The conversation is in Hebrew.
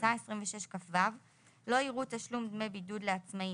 הכנסה 26כו. לא יראו תשלום דמי בידוד לעצמאי